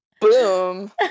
Boom